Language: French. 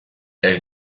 elle